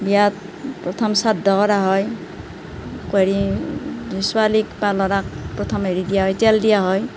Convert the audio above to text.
বিয়াত প্ৰথম শ্ৰাদ্ধ কৰা হয় কৰি ছোৱালীক বা ল'ৰাক প্ৰথম হেৰি দিয়া তেল দিয়া হয়